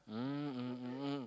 mm mm mm